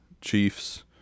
Chiefs